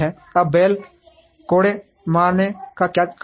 अब बैल कोड़े मारने का क्या कारण है